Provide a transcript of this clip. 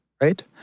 right